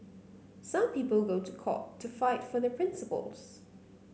some people go to court to fight for their principles